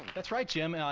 that's right, jim.